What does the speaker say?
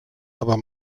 aber